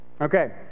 Okay